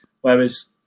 Whereas